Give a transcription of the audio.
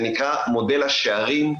זה נקרא 'מודל השערים',